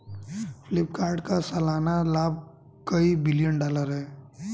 फ्लिपकार्ट का सालाना लाभ कई बिलियन डॉलर है